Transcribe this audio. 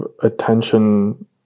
attention